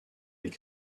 est